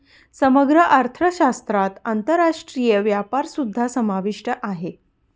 समग्र अर्थशास्त्रात आंतरराष्ट्रीय व्यापारसुद्धा समाविष्ट आहे